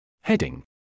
Heading